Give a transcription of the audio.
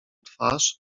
twarz